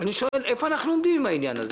אני שואל: איפה אנחנו עומדים עם העניין הזה?